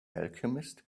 alchemist